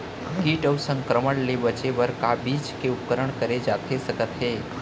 किट अऊ संक्रमण ले बचे बर का बीज के उपचार करे जाथे सकत हे?